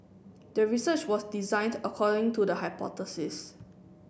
the research was designed according to the hypothesis